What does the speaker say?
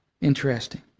Interesting